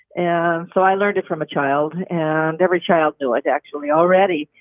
and so i learned it from a child. and every child knew it, actually, already,